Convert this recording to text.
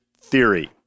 theory